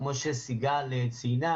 כמו שסיגל ציינה